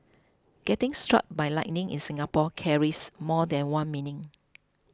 getting struck by lightning in Singapore carries more than one meaning